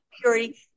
purity